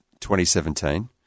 2017